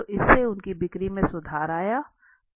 तो इससे उनकी बिक्री में सुधार आया